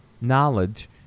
knowledge